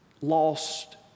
lost